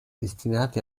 destinati